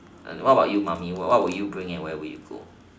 and what about you mummy what would you bring and where would you go